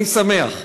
אני שמח,